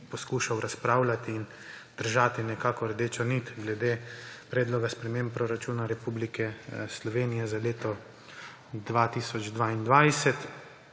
poskušal razpravljati in držati nekako rdečo nit glede predloga sprememb proračuna Republike Slovenije za leto 2022.